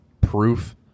proof